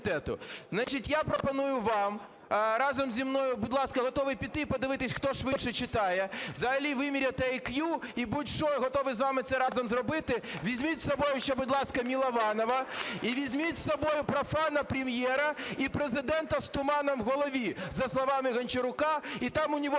я пропоную вам разом зі мною, будь ласка, готовий піти і подивитись, хто швидше читає, взагалі виміряти IQ, і будь-що, я готовий з вами це разом зробити. Візьміть із собою ще, будь ласка, Милованова, і візьміть з собою профана Прем’єра і Президента з туманом в голові, за словами Гончарука: "И там у него